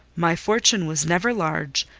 my fortune was never large,